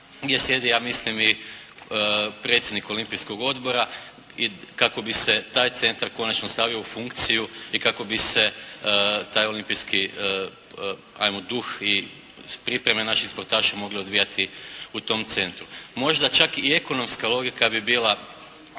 gdje sjedi ja mislim i predsjednik Olimpijskog odbora kako bi se taj centar konačno stavio u funkciju i kako bi se taj olimpijski, ajmo duh i pripreme naših sportaša mogle odvijati u tom centru. Možda čak i ekonomska logika bi bila